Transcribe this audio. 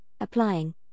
applying